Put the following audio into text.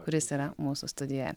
kuris yra mūsų studijoje